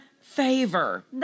favor